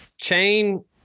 chain